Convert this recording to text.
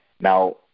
Now